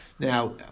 Now